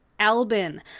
Albin